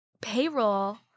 payroll –